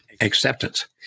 acceptance